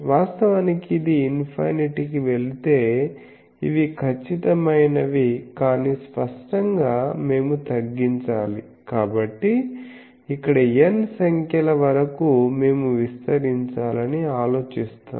వాస్తవానికి ఇది ఇన్ఫినిటి కి వెళితే ఇవి ఖచ్చితమైనవి కానీ స్పష్టంగామేము తగ్గించాలి కాబట్టి ఇక్కడ N సంఖ్యల వరకు మేము విస్తరించాలని ఆలోచిస్తున్నాము